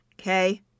Okay